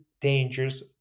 dangers